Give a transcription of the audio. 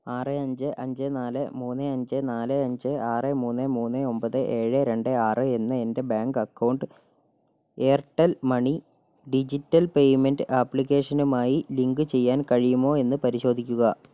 ആറ് അഞ്ച് അഞ്ച് നാല് മൂന്ന് അഞ്ച് നാല് അഞ്ച് ആറ് മൂന്ന് മൂന്ന് ഒൻപത് ഏഴ് രണ്ട് ആറ് എന്ന എൻ്റെ bank account Airtel money digital payment ആപ്ലിക്കേഷനുമായി ലിങ്ക് ചെയ്യാൻ കഴിയുമോ എന്ന് പരിശോധിക്കുക